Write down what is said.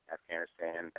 Afghanistan